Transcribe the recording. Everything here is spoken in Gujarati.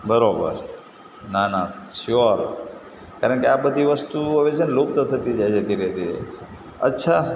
બરોબર ના ના સ્યોર કારણ કે આ બધી વસ્તુ હવે છે ને લુપ્ત થતી જાય છે ધીરે ધીરે અચ્છા